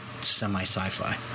semi-sci-fi